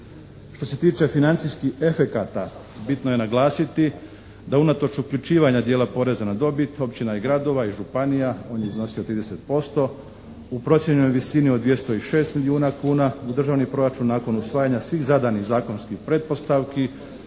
Što se tiče financijskih efekata bitno je naglasiti da unatoč uključivanja dijela poreza na dobit općina i gradova i županija on je iznosio 30% u procijenjenoj visini od 206 milijuna kuna. U Državni proračun nakon usvajanja svih zadanih zakonskih pretpostavki,